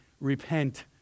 repent